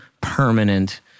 permanent